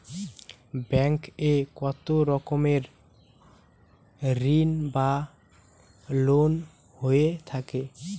Bank এ কত রকমের ঋণ বা লোন হয়ে থাকে?